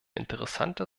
interessante